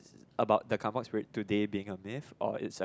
about the Kampung spirit today being a myth or it's a